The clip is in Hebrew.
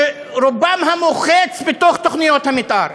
שרובם המוחץ בתוך תוכניות המתאר.